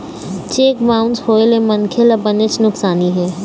cheque bounce होए ले मनखे ल बनेच नुकसानी हे